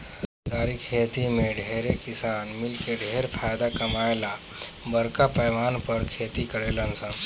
सरकारी खेती में ढेरे किसान मिलके ढेर फायदा कमाए ला बरका पैमाना पर खेती करेलन सन